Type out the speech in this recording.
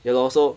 ya lor so